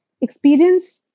experience